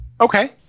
Okay